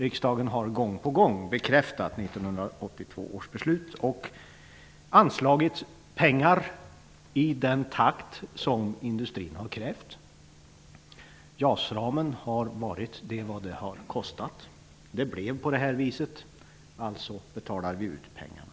Riksdagen har gång på gång bekräftat 1982 års beslut och anslagit pengar i den takt som industrin har krävt. JAS-ramen har utökats i samma utsträckning som kostnaderna har ökat: Så här dyrt blev det -- alltså betalar vi ut pengarna.